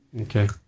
Okay